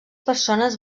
persones